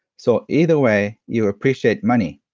so either way, you appreciate money.